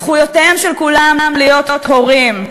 זכותם של כולם להיות הורים.